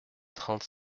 trente